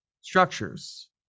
structures